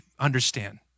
understand